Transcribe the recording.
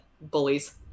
bullies